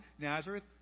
Nazareth